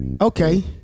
Okay